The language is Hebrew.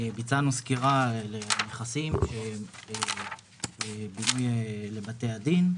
ביצענו סקירה לנכסים של בינוי לבתי הדין.